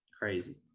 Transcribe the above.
Crazy